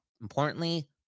importantly